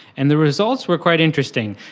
and the results were quite interesting.